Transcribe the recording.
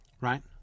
right